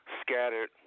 scattered